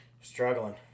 Struggling